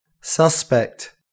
suspect